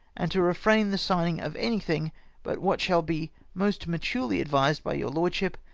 and to refraine the signing of any thing but what shall be most maturely advised by your lord ship,